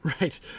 right